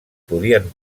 podien